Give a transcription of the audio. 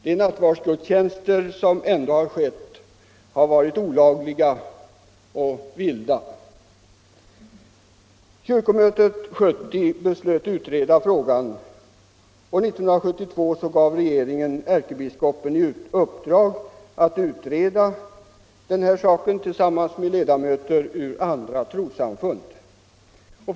De nattvardsgudstjänster som ändå skett har varit olagliga och ”vilda”. Kyrkomötet 1970 beslöt utreda frågan, och 1972 gav regeringen ärkebiskopen i uppdrag att utreda den här saken tillsammans med ledamöter ur andra trossamfund.